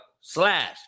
slash